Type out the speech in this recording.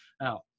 Now